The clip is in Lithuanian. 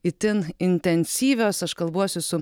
itin intensyvios aš kalbuosi su